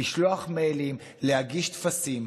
לשלוח מיילים ולהגיש טפסים.